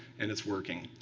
and it's working.